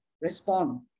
respond